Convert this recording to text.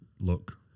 look